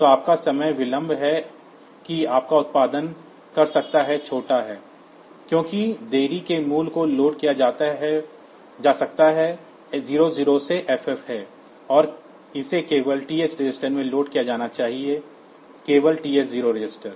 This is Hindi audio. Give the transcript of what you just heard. तो आपका समय विलंब है कि आप उत्पादन कर सकते हैं छोटा है क्योंकि देरी के मूल्यों को लोड किया जा सकता है 00 से FF है और इसे केवल TH रजिस्टर में लोड किया जाना है केवल TH0 रजिस्टर